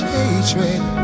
Hatred